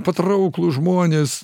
patrauklūs žmonės